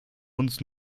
uns